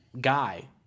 guy